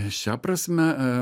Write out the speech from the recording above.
šia prasme